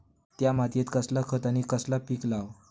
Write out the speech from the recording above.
त्या मात्येत कसला खत आणि कसला पीक लाव?